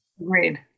Agreed